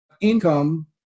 income